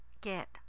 get